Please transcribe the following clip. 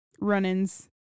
run-ins